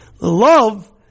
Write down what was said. love